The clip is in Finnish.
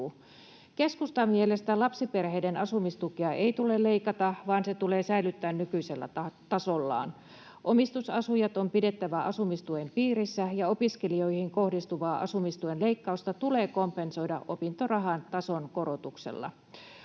Keskustan mielestä lapsiperheiden asumistukea ei tule leikata vaan se tulee säilyttää nykyisellä tasollaan. Omistusasujat on pidettävä asumistuen piirissä, ja opiskelijoihin kohdistuvaa asumistuen leikkausta tulee kompensoida opintorahan tason korotuksella.